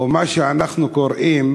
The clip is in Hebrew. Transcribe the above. או מה שאנחנו קוראים